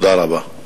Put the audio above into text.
תודה רבה.